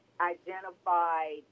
identified